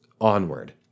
Onward